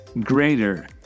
greater